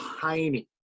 tiny